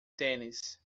tênis